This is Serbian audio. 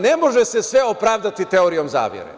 Ne može se sve opravdati teorijom zavere.